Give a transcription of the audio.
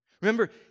Remember